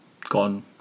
gone